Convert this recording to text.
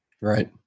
Right